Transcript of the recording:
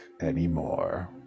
anymore